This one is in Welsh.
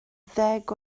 ddeg